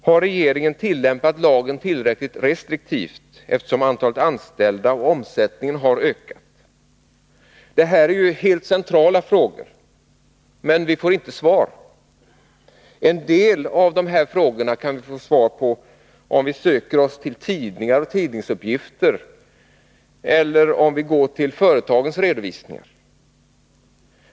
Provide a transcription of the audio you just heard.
Har regeringen tillämpat lagen tillräckligt restriktivt, eftersom antalet anställda och omsättningen har ökat? Det här är helt centrala frågor, men vi får inte svar. En del av frågorna kan vi få svar på om vi söker i tidningar eller om vi går till företagens redovisningar.